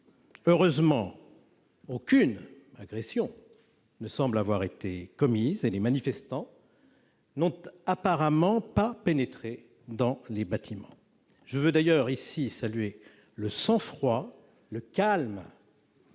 Heureusement, aucune agression ne semble avoir été commise, et les manifestants n'ont apparemment pas pénétré dans les bâtiments. Je veux saluer ici le sang-froid, le calme